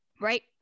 right